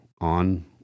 on